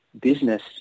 business